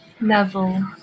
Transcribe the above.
level